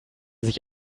sich